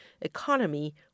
economy